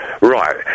Right